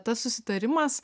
tas susitarimas